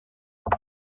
fel